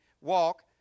walk